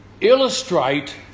illustrate